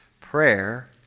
prayer